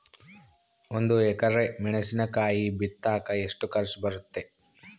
ಒಂದು ಎಕರೆ ಮೆಣಸಿನಕಾಯಿ ಬಿತ್ತಾಕ ಎಷ್ಟು ಖರ್ಚು ಬರುತ್ತೆ?